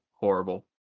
horrible